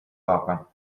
папа